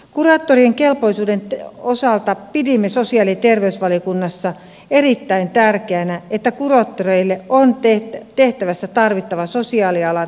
kuraattorien kelpoisuuden osalta pidimme sosiaali ja terveysvaliokunnassa erittäin tärkeänä että kuraattoreilla on tehtävässä tarvittava sosiaalialan asiantuntemus ja koulutus